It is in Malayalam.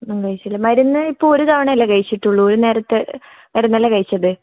ഒന്നും കഴിച്ചില്ല മരുന്ന് ഇപ്പോൾ ഒരു തവണ അല്ലേ കഴിച്ചിട്ടുള്ളൂ ഒരു നേരത്തെ മരുന്ന് അല്ലേ കഴിച്ചത്